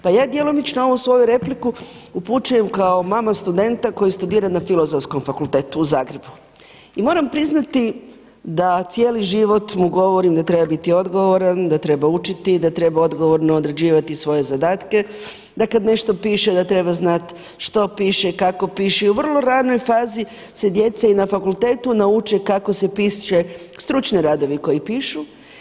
Pa ja djelomično ovu svoju repliku upućujem kao mama studenta koji studira na Filozofskom fakultetu u Zagrebu i moram priznati da cijeli život mu govorim da treba biti odgovoran, da treba učiti, da treba odgovorno odrađivati svoje zadatke, da kada nešto piše da treba znati što piše, kako piše i u vrlo ranoj fazi se djeca i na fakultetu nauče kako se pišu stručni radovi koji pišu.